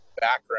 background